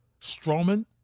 Strowman